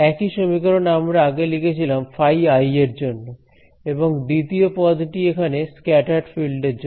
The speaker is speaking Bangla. একই সমীকরণ আমরা আগে লিখেছিলাম φi এর জন্য এবং দ্বিতীয় পদটি এখানে স্ক্যাটার্ড ফিল্ড এর জন্য